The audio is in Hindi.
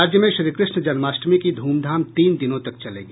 राज्य में श्रीकृष्ण जन्माष्टमी की धूमधाम तीन दिनों तक चलेगी